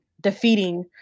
defeating